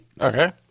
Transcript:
Okay